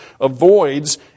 avoids